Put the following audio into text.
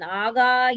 Naga